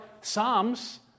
Psalms